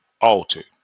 altered